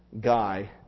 guy